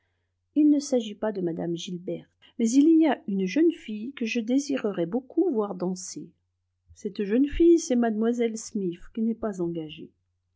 il ne s'agit pas de mme gilberte mais il y a une jeune fille que je désirerais beaucoup voir danser cette jeune fille c'est mlle smith qui n'est pas engagée